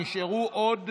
נשארו עוד